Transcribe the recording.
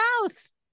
house